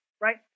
Right